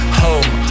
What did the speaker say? home